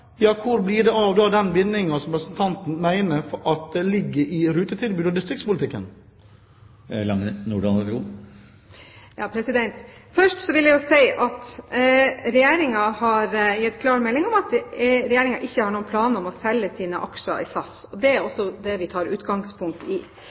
hvor blir det da av den bindingen som representanten mener ligger i rutetilbudet og distriktspolitikken? Først vil jeg si at Regjeringen har gitt klar melding om at Regjeringen ikke har noen planer om å selge sine aksjer i SAS. Det er